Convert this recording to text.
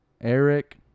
Eric